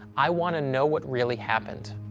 i wanna know what really happened.